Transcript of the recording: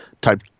type